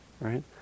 right